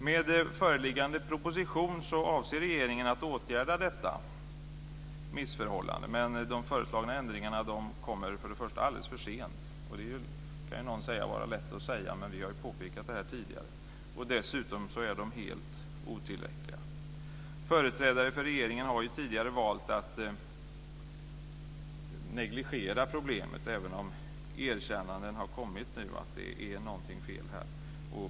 Med föreliggande proposition avser regeringen att åtgärda detta missförhållande. Men de föreslagna ändringarna kommer först och främst alldeles för sent. Det kan någon hävda vara lätt att säga, men vi har påpekat detta tidigare. Dessutom är de helt otillräckliga. Företrädare för regeringen har tidigare valt att negligera problemet, även om erkännanden nu har kommit av att något är fel.